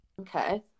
Okay